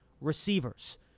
receivers